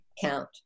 count